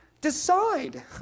decide